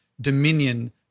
dominion